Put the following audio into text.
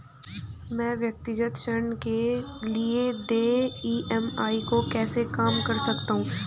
मैं व्यक्तिगत ऋण के लिए देय ई.एम.आई को कैसे कम कर सकता हूँ?